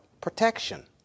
protection